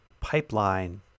Pipeline